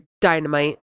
dynamite